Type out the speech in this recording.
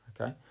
okay